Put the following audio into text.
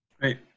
Great